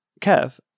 Kev